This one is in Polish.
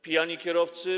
Pijani kierowcy.